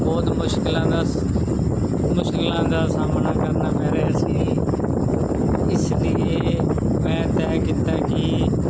ਬਹੁਤ ਮੁਸ਼ਕਿਲਾਂ ਦਾ ਮੁਸ਼ਕਿਲਾਂ ਦਾ ਸਾਹਮਣਾ ਕਰਨਾ ਪੈ ਰਿਹਾ ਸੀ ਇਸ ਲਈ ਮੈਂ ਤੈਅ ਕੀਤਾ ਕਿ